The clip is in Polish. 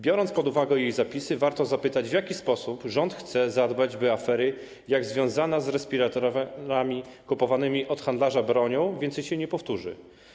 Biorąc pod uwagę jej zapisy, warto zapytać, w jaki sposób rząd chce zadbać, by afery, jak ta związana z respiratorami kupowanymi od handlarza bronią, więcej się nie powtórzyły.